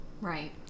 Right